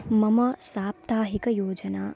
मम साप्ताहिकयोजना